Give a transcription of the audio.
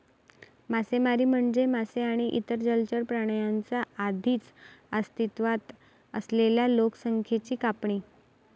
मासेमारी म्हणजे मासे आणि इतर जलचर प्राण्यांच्या आधीच अस्तित्वात असलेल्या लोकसंख्येची कापणी